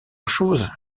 chose